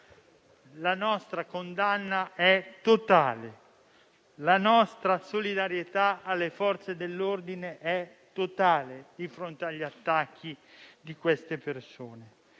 La nostra condanna è totale, la nostra solidarietà alle Forze dell'ordine è totale di fronte agli attacchi di queste persone.